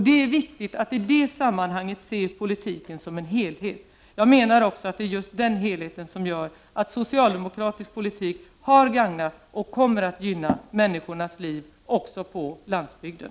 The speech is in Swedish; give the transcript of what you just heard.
Det är viktigt att i det här sammanhanget se politiken som en helhet. Jag menar att det är just den helheten som gör att socialdemokratisk politik har gagnat och kommer att gynna människors liv också på landsbygden.